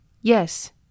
Yes